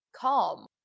Calm